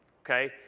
Okay